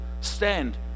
stand